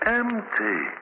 empty